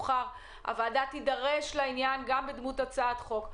הוועדה תידרש לעניין גם בדמות הצעת חוק: